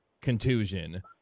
contusion